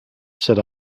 said